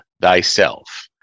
thyself